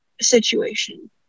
situation